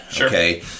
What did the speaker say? Okay